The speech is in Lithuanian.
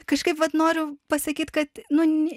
kažkaip vat noriu pasakyt kad nu ne